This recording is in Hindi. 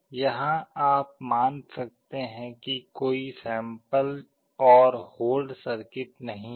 यहां आप मान सकते हैं कि कोई सैंपल और होल्ड सर्किट नहीं है